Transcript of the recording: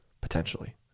potentially